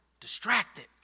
Distracted